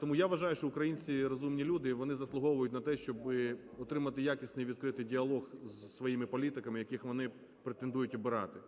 Тому, я вважаю, що українці – розумні люди, вони заслуговують на те, щоби отримати якісний, відкритий діалог зі своїми політиками, яких вони претендують обирати.